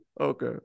Okay